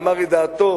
ואמר את דעתו,